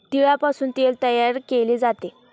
तिळापासून तेल तयार केले जाते